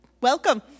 Welcome